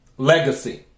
Legacy